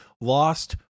lost